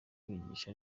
kwigisha